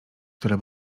które